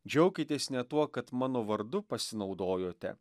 džiaukitės ne tuo kad mano vardu pasinaudojote